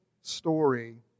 story